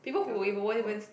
elderly poor